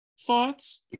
thoughts